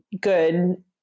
good